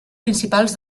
principals